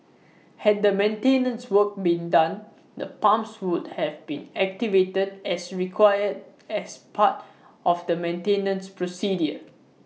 had the maintenance work been done the pumps would have been activated as required as part of the maintenance procedure